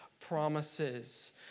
promises